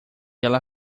ela